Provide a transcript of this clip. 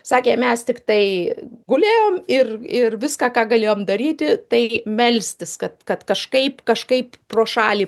sakė mes tiktai gulėjome ir ir viską ką galėjome daryti tai melstis kad kad kažkaip kažkaip pro šalį